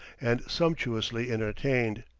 and sumptuously entertained.